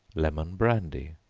lemon brandy.